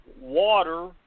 water